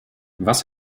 was